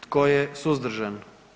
Tko je suzdržan?